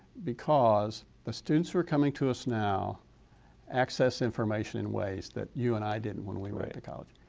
because the students are coming to us now accessing information in ways that you and i didn't when we went to college.